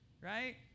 right